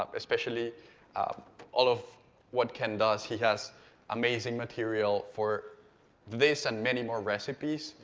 ah especially um all of what ken does, he has amazing material for this and many more recipes.